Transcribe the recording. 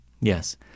Yes